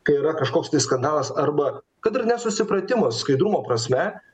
kai yra kažkoks tai skandalas arba kad ir nesusipratimas skaidrumo prasme